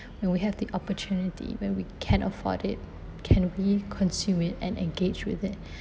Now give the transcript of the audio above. when we have the opportunity when we can afford it can we consume it and engage with it